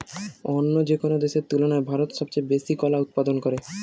অন্য যেকোনো দেশের তুলনায় ভারত সবচেয়ে বেশি কলা উৎপাদন করে